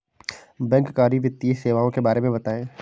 बैंककारी वित्तीय सेवाओं के बारे में बताएँ?